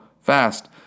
Fast